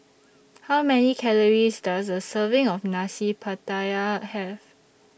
How Many Calories Does A Serving of Nasi Pattaya Have